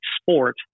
sport